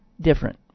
different